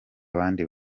abandi